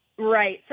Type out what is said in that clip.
Right